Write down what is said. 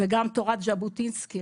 וגם תורת ז'בוטינסקי,